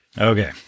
Okay